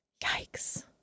yikes